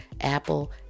Apple